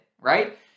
right